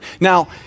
Now